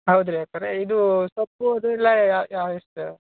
ಹೌದು ರೀ ಅಕ್ಕಾವ್ರೆ ಇದು ಸೊಪ್ಪು ಅದು ಎಲ್ಲ ಯಾ ಯಾ ಎಷ್ಟು